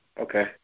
Okay